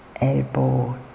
elbow